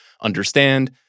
understand